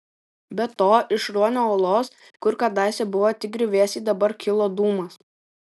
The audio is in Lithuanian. be to iš ruonio uolos kur kadaise buvo tik griuvėsiai dabar kilo dūmas